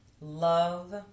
love